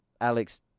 alex